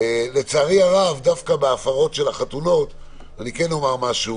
לצערי הרב, דווקא בהפרות של החתונות אני חושב